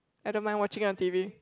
I don't mind watching on t_v